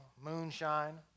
moonshine